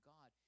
God